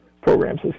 programs